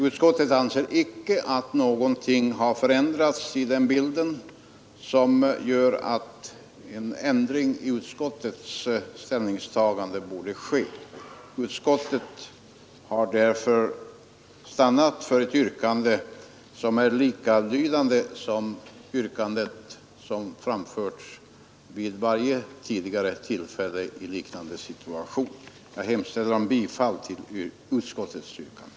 Utskottet anser icke att någonting i bilden har ändrats och motiverar en ändring av utskottets ställningstagande. Utskottet har därför stannat för samma yrkande denna gång som vid varje tidigare tillfälle. Jag hemställer om bifall till utskottets yrkande.